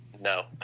No